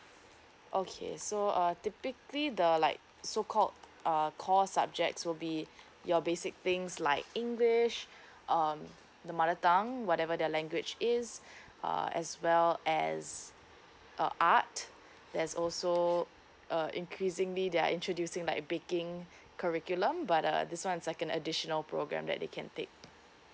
okay so uh typically the like so called uh call subject will be your basic things like english um the mother tongue whatever their language is uh as well as uh art there's also uh increasingly they're introducing like baking curriculum but uh this one is second additional program that they can take